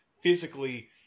physically